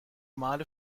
male